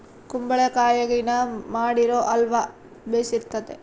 ಕುಂಬಳಕಾಯಗಿನ ಮಾಡಿರೊ ಅಲ್ವ ಬೆರ್ಸಿತತೆ